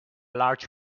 large